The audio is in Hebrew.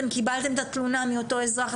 אתם קיבלתם את התלונה מאותו אזרח,